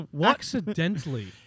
Accidentally